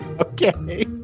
Okay